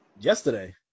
yesterday